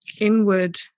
inward